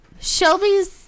Shelby's